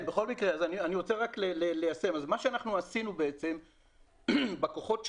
מה שאנחנו עשינו בכוחות שלנו,